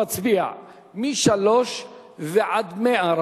אני מצביע מ-3 ועד 100,